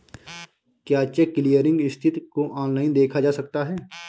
क्या cheque clearing स्थिति को ऑनलाइन देखा जा सकता है?